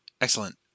excellent